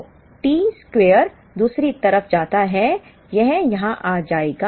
तो t square दूसरी तरफ जाता है यह यहाँ आ जाएगा